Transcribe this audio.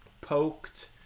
poked